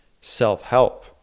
self-help